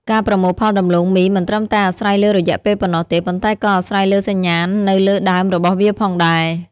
ការប្រមូលផលដំឡូងមីមិនត្រឹមតែអាស្រ័យលើរយៈពេលប៉ុណ្ណោះទេ ប៉ុន្តែក៏អាស្រ័យលើសញ្ញាណនៅលើដើមរបស់វាផងដែរ។